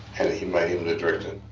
and he made him the director.